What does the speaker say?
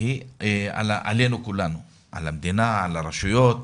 היא עלינו כולנו על המדינה, על הרשויות,